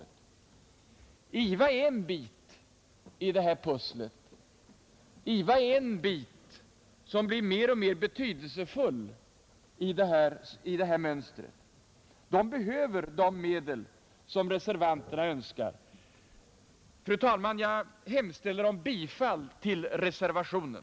IVA är en mer och mer betydelsefull bit i detta mönster och behöver de medel som reservanterna yrkar. Fru talman! Jag hemställer om bifall till reservationen.